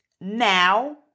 now